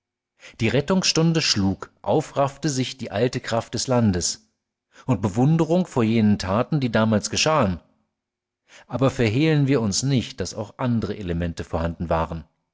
die rettungsstunde schlug aufraffte sich die alte kraft des landes und bewunderung vor jenen taten die damals geschahn aber verhehlen wir uns nicht daß auch andre elemente vorhanden waren